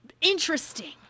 interesting